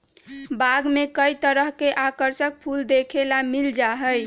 बाग में कई तरह के आकर्षक फूल देखे ला मिल जा हई